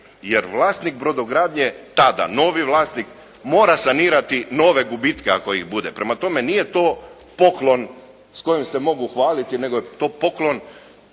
jer vlasnik brodogradnje, tada novi vlasnik mora sanirati nove gubitke ako ih bude. Prema tome nije to poklon s kojim se mogu hvaliti nego je to poklon